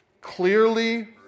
Clearly